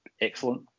excellent